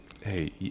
hey